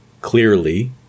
clearly